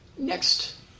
Next